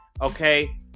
okay